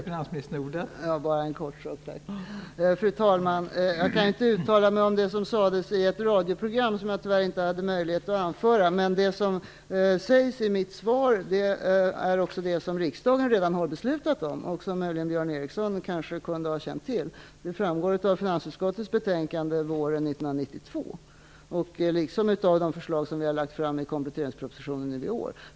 Fru talman! Jag kan inte uttala mig om det som sades i ett radioprogram som jag tyvärr inte hade möjlighet att lyssna till. Det som sägs i mitt svar är också det som riksdagen redan har beslutat om och som möjligen Björn Ericson kunde ha känt till. Det framgår av finansutskottets betänkande våren 1992 liksom av de förslag som vi har lagt fram i kompletteringspropositionen nu i år.